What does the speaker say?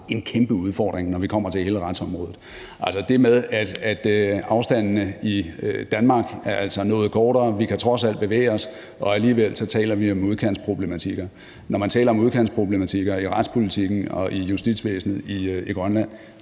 en kæmpe udfordring, når vi kommer til hele retsområdet. Altså, afstandene i Danmark er noget kortere – vi kan trods alt bevæge os rundt – og alligevel taler vi om udkantsproblematikker. Når man taler om udkantsproblematikker i retspolitikken og i justitsvæsenet i Grønland,